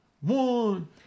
one